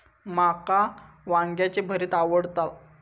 माका वांग्याचे भरीत आवडता